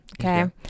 Okay